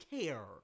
care